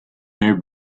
new